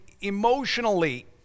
emotionally